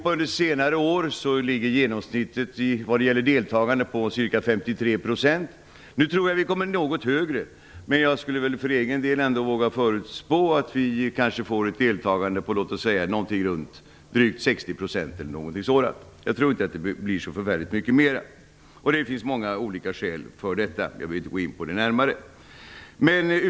Under senare år har genomsnittet när det gäller deltagandet legat på ca 53 % ute i Europa. Jag tror att vi kommer något högre; jag skulle för egen del våga förutspå att vi får ett deltagande på drygt 60 %- jag tror inte att det blir så förfärligt mycket mer. Det finns många skäl för detta - jag vill inte gå närmare in på dem.